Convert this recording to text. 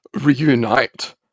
reunite